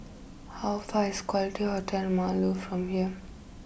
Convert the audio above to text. how far is quality Hotel Marlow from here